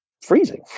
freezing